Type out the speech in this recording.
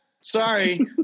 Sorry